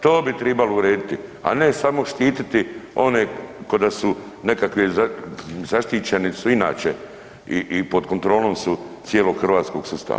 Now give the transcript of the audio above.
To bi tribalo urediti, a ne samo štiti one ko da su nekakvi zaštićeni su inače i pod kontrolom su cijelog hrvatskog sustava.